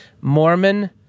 mormon